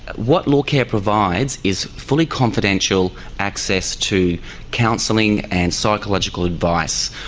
what law care provides is fully confidential access to counselling and psychological advice.